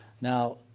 Now